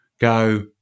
go